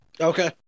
Okay